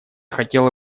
хотела